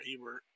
Ebert